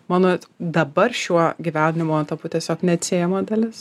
mano dabar šiuo gyvenimo etapu tiesiog neatsiejama dalis